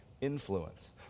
influence